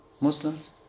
Muslims